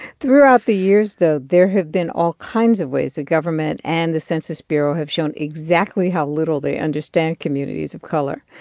throughout the years, though, there have been all kinds of ways the government and the census bureau have shown exactly how little they understand communities of color.